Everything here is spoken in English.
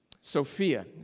Sophia